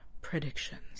predictions